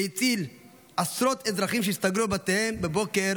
הוא הציל עשרות אזרחים שהסתגרו בבתיהם בבוקר